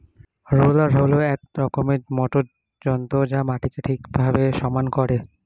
roller হল এক রকমের মোটর যন্ত্র যা মাটিকে ঠিকভাবে সমান করে